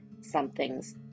somethings